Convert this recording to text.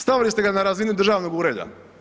Stavili ste ga na razinu državnog ureda.